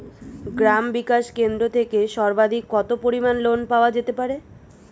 গ্রাম বিকাশ কেন্দ্র থেকে সর্বাধিক কত পরিমান লোন পাওয়া যেতে পারে?